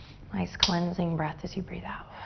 nice cleansing breath as you breathe out.